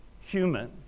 human